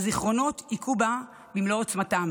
הזיכרונות היכו בה במלוא עוצמתם